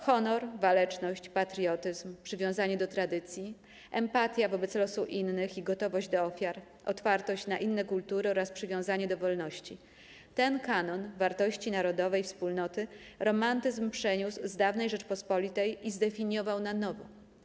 Honor, waleczność, patriotyzm, przywiązanie do tradycji, empatia wobec losu innych i gotowość do ofiar, otwartość na inne kultury oraz przywiązanie do wolności - ten kanon wartości narodowej wspólnoty romantyzm przeniósł z dawnej Rzeczypospolitej i zdefiniował na nowo.